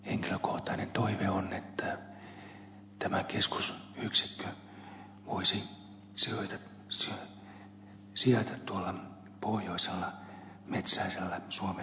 henkilökohtainen toive on että tämä keskusyksikkö voisi sijaita tuolla pohjoisella metsäisellä suomen alueella